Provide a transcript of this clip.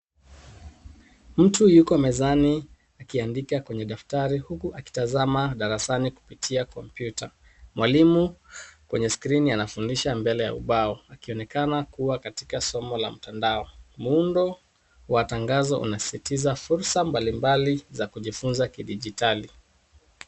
Mtu yuko mezani akiandika kwenye daftari huku akitazama darasani kupitia kompyuta. Mwalimu kwenye skrini, anafundisha mbele ya ubao akionekana kuwa katika somo la mtandao. Muundo wa tangazo unasisitiza fursa mbalimbali za kujifunza kidijitali.